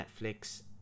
Netflix